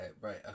right